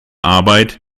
arbeit